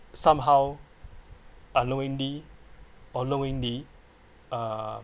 somehow unknowingly or knowingly uh